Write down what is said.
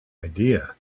idea